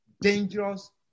dangerous